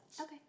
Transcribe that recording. Okay